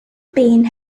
pain